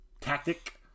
Tactic